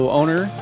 owner